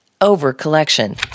over-collection